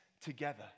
together